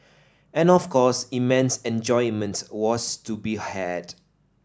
and of course immense enjoyment was to be had